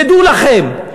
תדעו לכם,